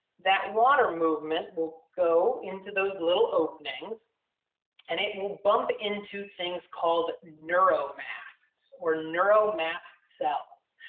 that water movement will go into those little openings and it will bump into things called neuromast or neuromast cells.